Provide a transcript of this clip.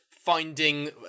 finding